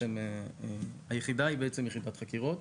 היחידה היא יחידת חקירות.